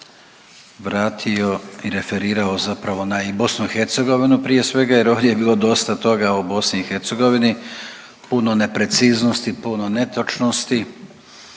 vratio i referirao zapravo na Bosnu i Hercegovinu prije svega jer ovdje je bilo dosta toga o Bosni i Hercegovini puno nepreciznosti, puno netočnosti.